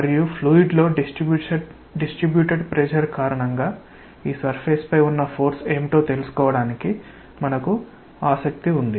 మరియు ఫ్లూయిడ్ లో distributed pressure కారణంగా ఈ సర్ఫేస్ పై ఉన్న ఫోర్స్ ఏమిటో తెలుసుకోవడానికి మనకు ఆసక్తి ఉంది